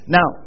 Now